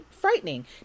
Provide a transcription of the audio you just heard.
frightening